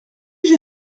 j’ai